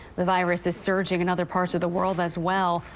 the virus is surging in other parts of the world as well.